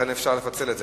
לכן אפשר לפצל את זה,